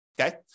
okay